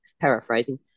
paraphrasing